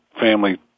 family